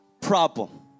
problem